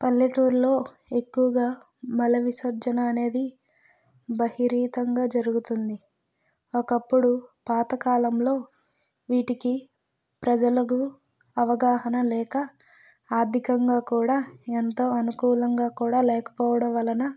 పల్లెటూర్లో ఎక్కువగా మలవిసర్జన అనేది బహిరీతంగా జరుగుతుంది ఒకప్పుడు పాతకాలంలో వీటికి ప్రజలకు అవగాహన లేక ఆర్థికంగా కూడా ఎంతో అనుకూలంగా కూడా లేకపోవడం వలన